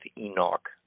Enoch